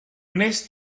wnest